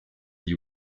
gli